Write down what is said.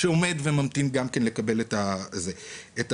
שגם עומד וממתין לקבל את התשובה?